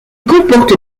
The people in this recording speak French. comporte